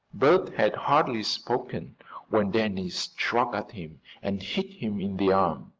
bert had hardly spoken when danny struck at him and hit him in the arm.